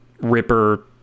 ripper